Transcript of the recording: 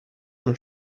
non